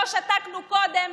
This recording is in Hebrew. לא שתקנו קודם